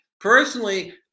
Personally